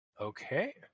Okay